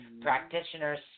practitioners